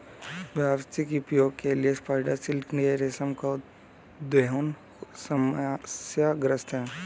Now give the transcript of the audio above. व्यावसायिक उपयोग के लिए स्पाइडर सिल्क के रेशम का दोहन समस्याग्रस्त है